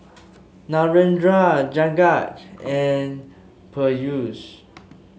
Narendra Jagat and Peyush